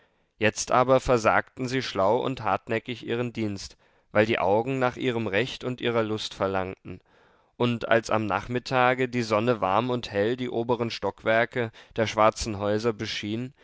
jetzt aber versagten sie schlau und hartnäckig ihren dienst weil die augen nach ihrem recht und ihrer lust verlangten und als am nachmittage die sonne warm und hell die oberen stockwerke der schwarzen häuser beschien